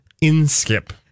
Inskip